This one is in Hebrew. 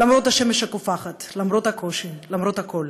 למרות השמש הקופחת, למרות הקושי, למרות הכול.